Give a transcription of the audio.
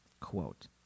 Quote